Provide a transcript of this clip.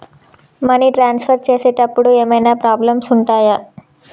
Money transfer చేసేటప్పుడు ఏమైనా problems ఉంటయా?